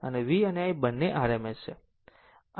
અને V અને Iબંને RMS છે